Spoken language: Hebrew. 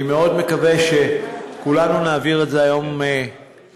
אני מאוד מקווה שכולנו נעביר את זה היום במליאה,